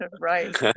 Right